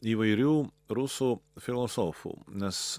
įvairių rusų filosofų nes